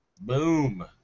Boom